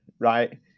right